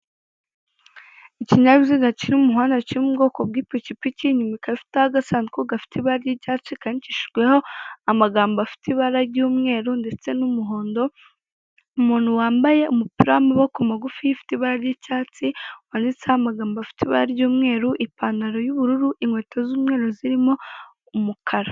Ikinyabiziga kiri m'umuhanda kiri mubwoko bw'ipikipiki inyuma ikaba ifiteho agasanduku gafite ibara ry'icyatsi kandikishijweho amagambo afite ibara ry'umweru ndetse n'umuhondo, umuntu wambaye umupira w'amaboko magufi ufite ibara ry'icyatsi wanditseho amagambo afite ibara ry'ubururu, ipantaro y'ubururu, inkweto z'umweru zirimo umukara.